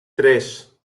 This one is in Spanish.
tres